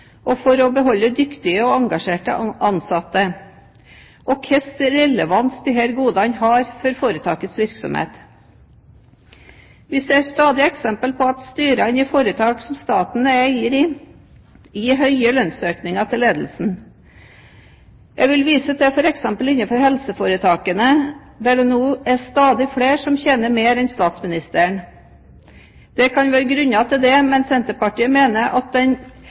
og for å beholde dyktige og engasjerte ansatte, og hvilken relevans disse godene har for foretakets virksomhet. Vi ser stadig eksempler på at styrene i foretak som staten er eier i, gir høye lønnsøkninger til ledelsen. Jeg vil vise til f.eks. innenfor helseforetakene, der det nå er stadig flere som tjener mer enn statsministeren. Det kan være grunner til det, men Senterpartiet mener at den